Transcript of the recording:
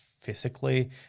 physically